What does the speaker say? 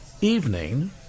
evening